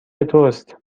توست